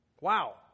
Wow